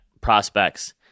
prospects